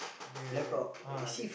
the ah the